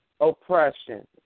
oppression